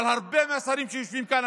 אבל הרבה מהשרים שיושבים כאן,